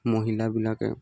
মহিলাবিলাকে